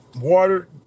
water